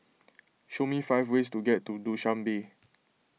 show me five ways to get to Dushanbe